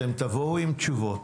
אתם תבואו עם תשובות,